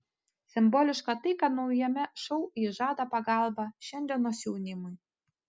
simboliška tai kad naujame šou ji žada pagalbą šiandienos jaunimui